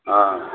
हँ